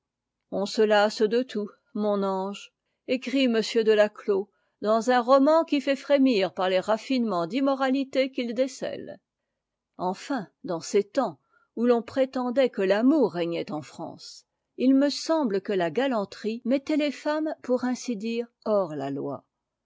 ok se lasse de tout mon ange écrit m de la clos dans un roman qui fait frémir par les raffinements d'immoralité qu'il déeèie enfin dans ces temps où l'on prétendait que l'amour régnait en france il me semble que la galanterie mettait les femmes pour ainsi dire hors la loi